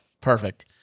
Perfect